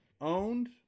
owned